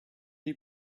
you